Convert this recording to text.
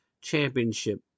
championship